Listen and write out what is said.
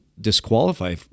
disqualify